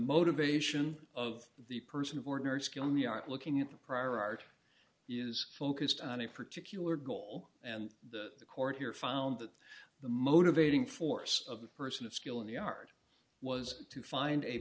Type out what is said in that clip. motivation of the person of ordinary skill me aren't looking at the prior art is focused on a particular goal and the court here found that the motivating force of the person of skill in the art was to find a